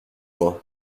moi